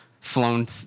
flown